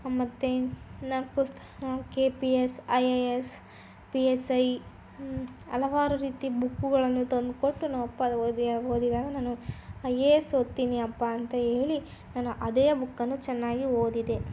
ಮತ್ತು ನನಗೆ ಪುಸ್ತ್ K P S I A S P S I ಹಲವಾರು ರೀತಿ ಬುಕ್ಕುಗಳನ್ನು ತಂದುಕೊಟ್ಟು ನಮ್ಮಪ್ಪ ಅದು ಓದಿ ಓದಿದಾಗ ನಾನು ಐ ಎ ಎಸ್ ಓದ್ತೀನಿ ಅಪ್ಪ ಅಂತ ಹೇಳಿ ನಾನು ಅದೇ ಬುಕ್ಕನ್ನು ಚೆನ್ನಾಗಿ ಓದಿದೆ